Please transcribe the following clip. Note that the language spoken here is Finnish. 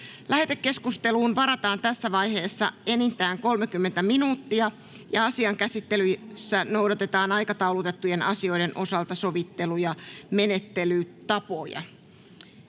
Lähetekeskusteluun varataan tässä vaiheessa enintään 30 minuuttia. Asian käsittelyssä noudatetaan aikataulutettujen asioiden osalta sovittuja menettelytapoja.